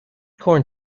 corn